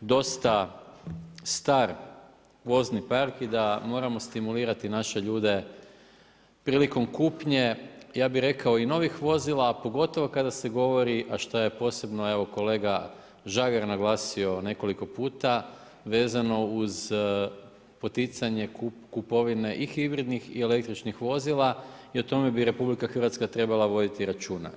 dosta star vozni park i da moramo stimulirati naše ljude prilikom kupnje, ja bih rekao i novih vozila a pogotovo kada se govori a šta je posebno evo kolega Žagar naglasio nekoliko puta vezano uz poticanje kupovine i hibridnih i električnih vozila i o tome bi RH trebala voditi računa.